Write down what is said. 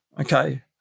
okay